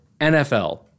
NFL